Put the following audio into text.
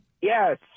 Yes